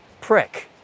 prick